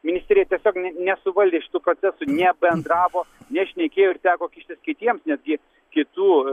ministrė tiesiog nesuvaldė šitų procesų nebendravo nešnekėjo ir teko kištis kitiems netgi kitų